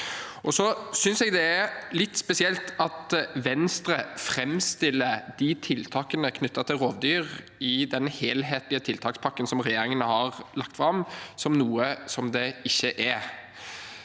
Jeg synes det er litt spesielt at Venstre framstiller tiltakene knyttet til rovdyr i den helhetlige tiltakspakken som regjeringen har lagt fram, som noe det ikke er.